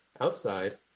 outside